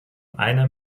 einer